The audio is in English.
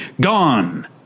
gone